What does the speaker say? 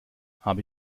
habe